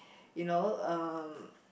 you know uh